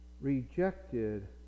rejected